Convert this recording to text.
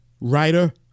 writer